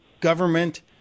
government